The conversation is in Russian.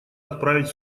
отправить